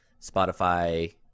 Spotify